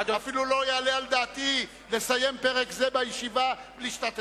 אפילו לא יעלה על דעתי לסיים פרק זה בישיבה בלי שאתה תדבר.